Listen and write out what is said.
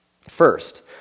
First